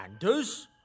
Anders